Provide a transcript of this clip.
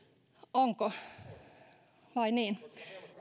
onko vai niin